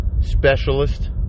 specialist